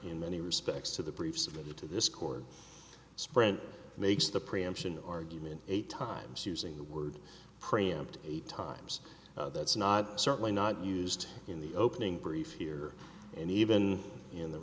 in many respects to the briefs of you to this court sprint makes the preemption argument eight times using the word preempt eight times that's not certainly not used in the opening brief here and even in the